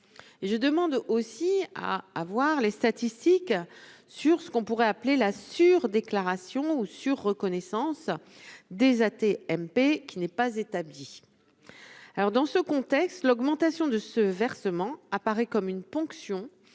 je demande aussi à voir les statistiques sur ce qu'on pourrait appeler la sur déclaration ou sur Reconnaissance des AT-MP qui n'est pas établie alors dans ce contexte, l'augmentation de ce versement apparaît comme une ponction